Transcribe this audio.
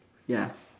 ya